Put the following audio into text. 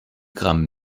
gramm